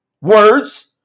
words